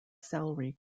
salary